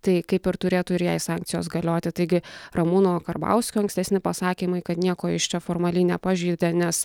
tai kaip ir turėtų ir jai sankcijos galioti taigi ramūno karbauskio ankstesni pasakymai kad nieko jis čia formaliai nepažeidė nes